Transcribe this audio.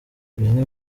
bimwe